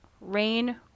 rain